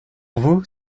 vous